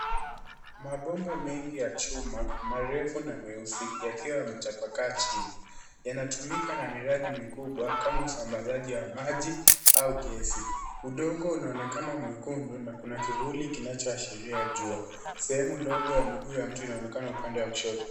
Mabomba mengi ya chuma, marefu na meosi, ya kiwa ya mutafakati. Yanadulika na miradi mikubwa kama usamazaji wa maji au gyesi. Udongo unuonekana mwingu unduna kuna kivuli kina chashiri ajua. Zemu ndongo ya mingu ya mtu inaunukana ukande wa pishoti.